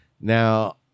Now